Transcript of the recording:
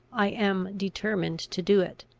i am determined to do it.